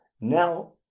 Now